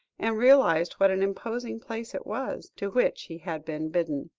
and realised what an imposing place it was, to which he had been bidden.